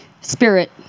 Spirit